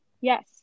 Yes